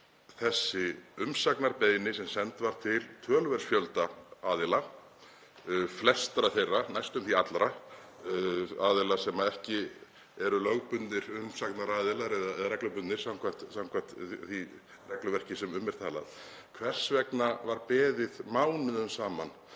þessi umsagnarbeiðni, sem send var til töluverðs fjölda aðila, flestra þeirra, næstum því allra aðila sem ekki eru lögbundnir umsagnaraðilar eða reglubundnir samkvæmt því regluverki sem um er talað, hvers vegna var beðið mánuðum saman